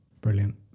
Brilliant